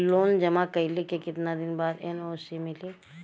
Loan जमा कइले के कितना दिन बाद एन.ओ.सी मिली?